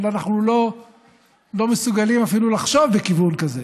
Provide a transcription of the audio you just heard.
אבל אנחנו לא מסוגלים אפילו לחשוב בכיוון כזה,